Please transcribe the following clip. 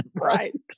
Right